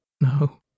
No